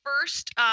first